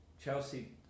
Chelsea